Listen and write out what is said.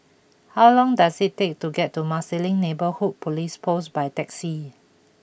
how long does it take to get to Marsiling Neighbourhood Police Post by taxi